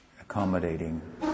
accommodating